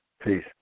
peace